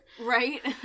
Right